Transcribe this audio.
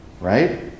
Right